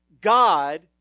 God